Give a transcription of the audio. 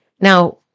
Now